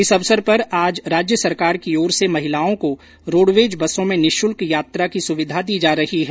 इस अवसर पर आज राज्य सरकार की ओर से महिलाओं को रोड़वेज बसों में निशुल्क यात्रा की सुविधा दी जा रही है